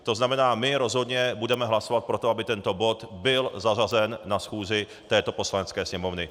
To znamená, my rozhodně budeme hlasovat pro to, aby tento bod byl zařazen na schůzi této Poslanecké sněmovny.